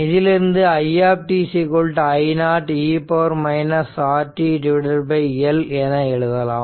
இதிலிருந்து i I0 e Rt L என எழுதலாம்